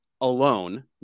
alone